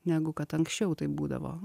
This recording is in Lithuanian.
negu kad anksčiau tai būdavo